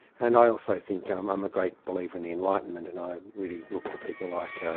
and i also think, i'm i'm a great believer in the enlightenment and i really look to people like